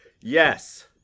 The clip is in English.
yes